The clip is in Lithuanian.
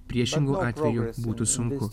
priešingu atveju būtų sunku